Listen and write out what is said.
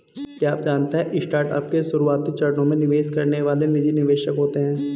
क्या आप जानते है स्टार्टअप के शुरुआती चरणों में निवेश करने वाले निजी निवेशक होते है?